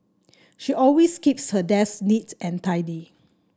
she always keeps her desk neat and tidy